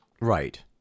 Right